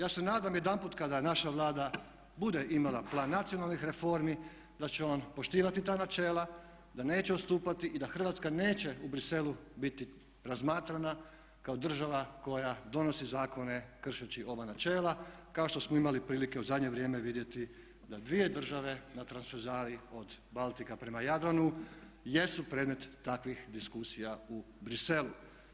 Ja se nadam jedanput kada naša Vlada bude imala Plan nacionalnih reformi, da će on poštivati ta načela, da neće odstupati i da Hrvatska neće u Bruxellesu biti razmatrana kao država koja donosi zakone kršeći ova načela kao što smo imali prilike u zadnje vrijeme vidjeti da dvije države na transverzali od Baltika prema Jadranu jesu predmet takvih diskusija u Bruxellesu.